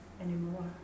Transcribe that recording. anymore